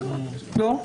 לא.